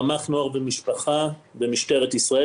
רמ"ח נוער ומשפחה במשטרה ישראל,